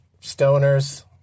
stoners